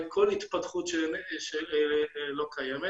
לכל התפתחות שלא קיימת